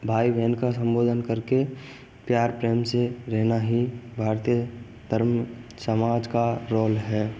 भाई बहन का संबोधन करके प्यार प्रेम से रहना ही भारतीय धर्म समाज का रोल है